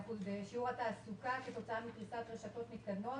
בשיעור התעסוקה כתוצאה מפריסת רשתות מתקדמות.